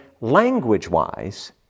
language-wise